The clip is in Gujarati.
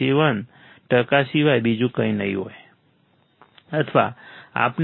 7 ટકા સિવાય બીજું કંઈ નહીં હોય અથવા આપણે માઈનસ 3 dB કહી શકીએ